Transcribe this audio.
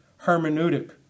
hermeneutic